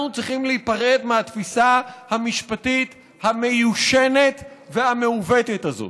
אנחנו צריכים להיפרד מהתפיסה המשפטית המיושנת והמעוותת הזאת.